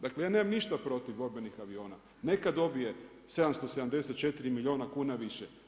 Dakle, ja nemam ništa protiv borbenih aviona, neka dobije 774 milijuna kuna više.